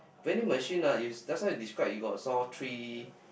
vending machines ah you that's why you describe you got saw three